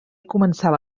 començava